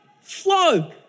flow